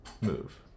move